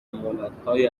مهلتهای